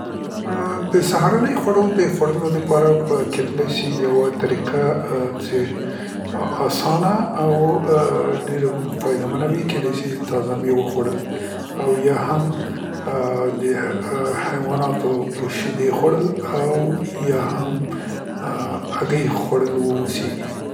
د سهارنۍ خوړ د خوړلو د پاره به کیدلی سي یوه طریقه ا څې ا، اسانه او و ډیره فایده منه وي کیدای سي د تازه میوو خوړل او یا هم د ا ح حیواناتو شیدې خوړل یا هم هګۍ خوړل واوسیګي.